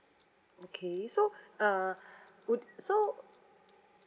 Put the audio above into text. okay so uh would so